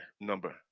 number